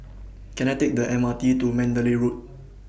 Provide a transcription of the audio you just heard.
Can I Take The M R T to Mandalay Road